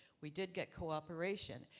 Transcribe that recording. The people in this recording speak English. we did get cooperation.